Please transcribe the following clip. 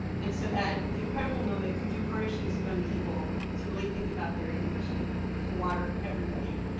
and so that incredible moment could you harness these young people to really think about their ambition to water everybody,